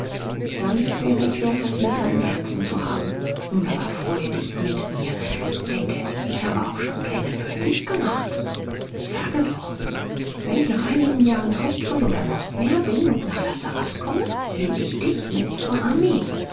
dann wäre ich wert das messer im herzen zu haben nun aber freue dich mit mir denke ich habe auch schon pläne für dich gemacht sage doch wenn ich nach einigen jahren hauptmann oder noch mehr bin und nach la sarraz komme nehm ich dich mit zur armee